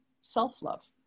self-love